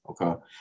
okay